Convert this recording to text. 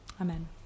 Amen